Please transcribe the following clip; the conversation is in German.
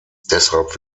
deshalb